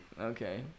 Okay